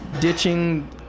ditching